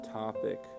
topic